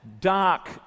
dark